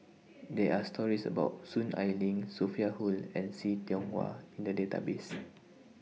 There Are stories about Soon Ai Ling Sophia Hull and See Tiong Wah in The Database